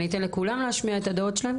אני אתן לכולם להשמיע את הדעות שלהם,